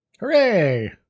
Hooray